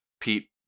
Pete